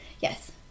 Yes